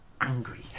angry